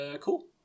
cool